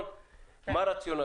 מה הרציונל